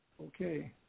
Okay